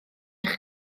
eich